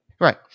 Right